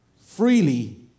freely